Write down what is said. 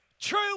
true